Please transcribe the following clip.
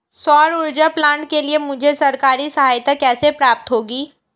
सौर ऊर्जा प्लांट के लिए मुझे सरकारी सहायता कैसे प्राप्त होगी?